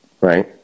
Right